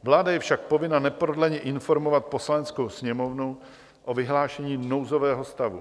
Vláda je však povinna neprodleně informovat Poslaneckou sněmovnu o vyhlášení nouzového stavu.